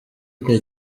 icyo